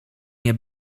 nie